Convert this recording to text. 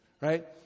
Right